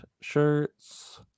shirts